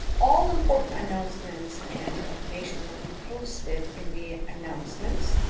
all important announcements and information will be posted in the announcements,